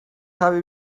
habe